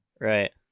right